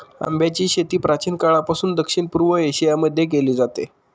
आंब्याची शेती प्राचीन काळापासून दक्षिण पूर्व एशिया मध्ये केली जाते